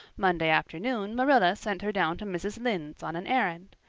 monday afternoon marilla sent her down to mrs. lynde's on an errand.